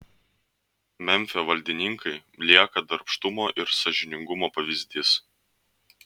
memfio valdininkai lieka darbštumo ir sąžiningumo pavyzdys